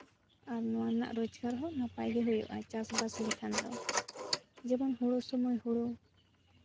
ᱟᱨ ᱱᱚᱣᱟ ᱨᱮᱱᱟᱜ ᱨᱳᱡᱽᱜᱟᱨ ᱦᱚᱸ ᱱᱟᱯᱟᱭᱜᱮ ᱦᱩᱭᱩᱜᱼᱟ ᱪᱟᱥᱼᱵᱟᱥ ᱞᱮᱠᱷᱟᱱ ᱫᱚ ᱡᱮᱢᱚᱱ ᱦᱳᱲᱳ ᱥᱚᱢᱚᱭ ᱦᱳᱲᱳ